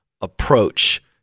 approach